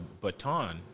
baton